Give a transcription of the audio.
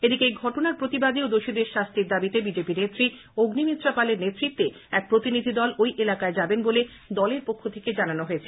এদিকে এই ঘটনার প্রতিবাদে ও দোষীদের শাস্তির দাবিতে বিজেপি নেত্রী অগ্নিমিত্রা পলের নেতৃত্বে এক প্রতিনিধিদল ঐ এলাকায় যাবেন বলে দলের পক্ষ থেকে জানানো হয়েছে